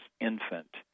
infant